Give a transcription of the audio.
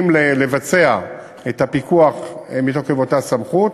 הפקחים לבצע את הפיקוח מתוקף אותה סמכות.